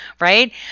right